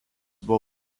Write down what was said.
buvo